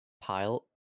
pile